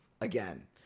again